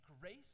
grace